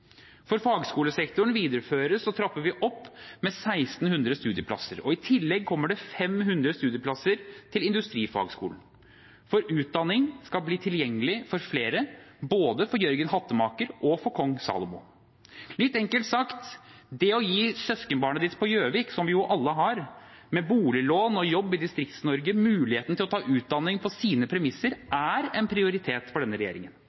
For fagskolesektoren viderefører og trapper vi opp, med 1 600 studieplasser, og i tillegg kommer det 500 studieplasser til Industrifagskolen. For utdanning skal bli tilgjengelig for flere, både for Jørgen Hattemaker og for Kong Salomo. Litt enkelt sagt: Det å gi ditt «syskenbån på Gjøvik», som vi jo alle har, med boliglån og jobb i Distrikts-Norge muligheten til å ta utdanning på sine premisser er en prioritet for denne regjeringen.